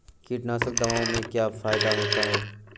कीटनाशक दवाओं से क्या फायदा होता है?